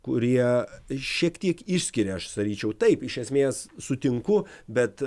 kurie šiek tiek išskiria aš sakyčiau taip iš esmės sutinku bet